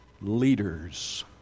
Leaders